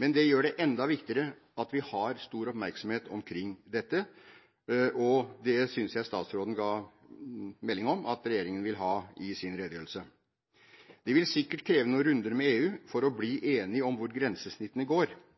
Men det gjør det enda viktigere at vi har stor oppmerksomhet omkring dette, og det synes jeg statsråden i sin redegjørelse ga melding om at regjeringen vil ha. Det vil sikkert kreve noen runder med EU for å bli enige om hvor grensesnittene går.